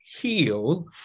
heal